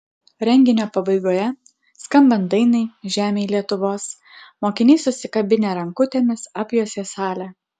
renginio pabaigoje skambant dainai žemėj lietuvos mokiniai susikabinę rankutėmis apjuosė salę